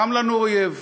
קם לנו אויב.